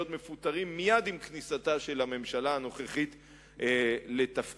מפוטרים מייד עם כניסתה של הממשלה הנוכחית לתפקידה.